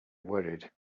worried